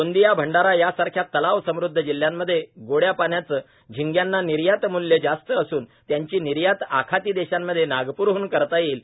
गोंदिया अंडारा यासारख्या तलाव समृद्ध जिल्ह्यामध्ये गोड्या पाण्याचे झिंग्यांना निर्यात मूल्य जास्त असून त्यांची निर्यात आखाती देशांमध्ये नागपूरहन करता येईल